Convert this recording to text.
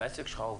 והעסק שלך עובד.